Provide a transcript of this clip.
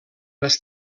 les